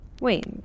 wait